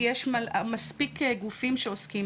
כי יש מספיק גופים שעוסקים,